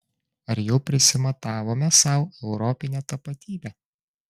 ar jau prisimatavome sau europinę tapatybę